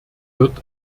wird